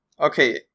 Okay